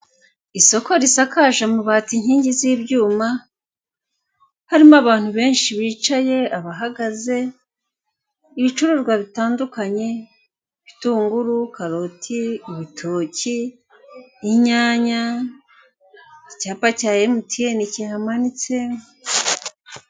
Isoko risakaje amabati, inkingi z'ibyuma harimo abantu benshi bicaye, abahagaze, ibicuruzwa bitandukanye; bitunguru, karoti, ibitoki, inyanya icyapa cya Emutiyeni kihamanitse.